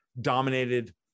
dominated